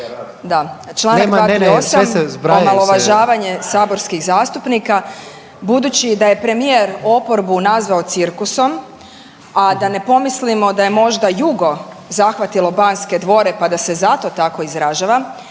Članak 238. omalovažavanje saborskih zastupnika budući da je premijer oporbu nazvao cirkusom, a da ne pomislimo da je možda jugo zahvatilo Banske dvore pa da se zato tako izražava.